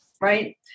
right